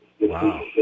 Wow